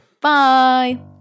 Bye